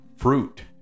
fruit